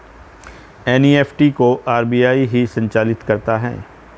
NEFT को RBI ही संचालित करता है